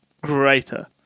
greater